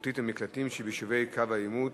אלחוטית במקלטים שביישובי קו העימות),